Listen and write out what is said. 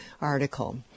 article